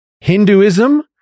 Hinduism